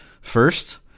First